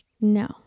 No